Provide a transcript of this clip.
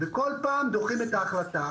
וכל פעם דוחים את ההחלטה,